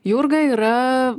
jurga yra